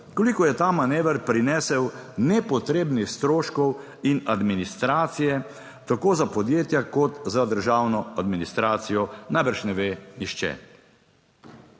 Koliko je ta manever prinesel nepotrebnih stroškov in administracije tako za podjetja, kot za državno administracijo najbrž ne ve nihče.